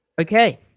Okay